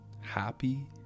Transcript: Happy